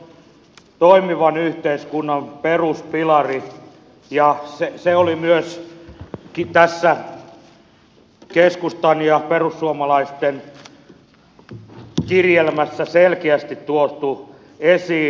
se on toimivan yhteiskunnan peruspilari ja se oli myös tässä keskustan ja perussuomalaisten kirjelmässä selkeästi tuotu esiin